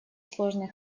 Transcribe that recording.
сложный